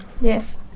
Yes